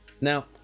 now